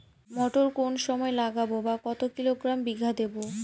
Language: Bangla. মটর কোন সময় লাগাবো বা কতো কিলোগ্রাম বিঘা দেবো?